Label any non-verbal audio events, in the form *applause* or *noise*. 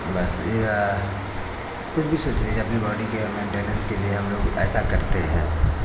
बस या फिर भी *unintelligible* अपनी बॉडी के मेन्टेनेंस के लिए हम लोग ऐसा करते हैं